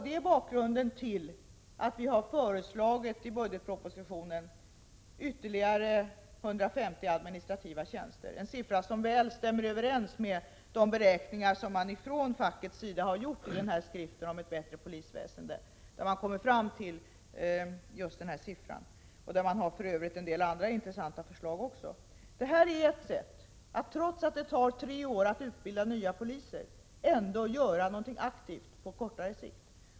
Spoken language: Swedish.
Det är bakgrunden till att vi i budgetpropositionen har föreslagit ytterligare 150 administrativa tjänster, en siffra som väl stämmer överens med de beräkningar som man från fackets sida har gjort i skriften om ett bättre polisväsende. Där kommer man fram till just denna siffra, och där har man för övrigt också en del andra intressanta förslag. Detta är ett sätt att, trots att det tar tre år att utbilda nya poliser, ändå göra något aktivt på kortare sikt.